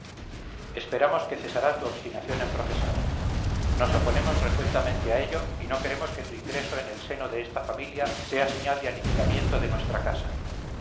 esperamos que cesará tu obstinación en profesar nos oponemos resueltamente a ello y no queremos que tu ingreso en el seno de esta familia sea señal de aniquilamiento de nuestra casa